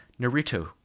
Naruto